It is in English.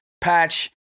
patch